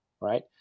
right